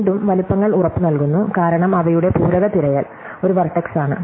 വീണ്ടും വലുപ്പങ്ങൾ ഉറപ്പുനൽകുന്നു കാരണം അവയുടെ പൂരക തിരയൽ ഒരു വെർടെക്സ് ആണ്